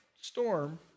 storm